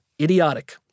idiotic